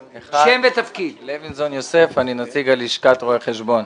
אני נציג לשכת רואי חשבון.